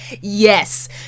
Yes